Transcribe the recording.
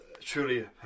truly